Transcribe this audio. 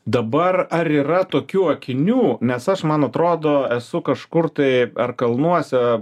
dabar ar yra tokių akinių nes aš man atrodo esu kažkur tai ar kalnuose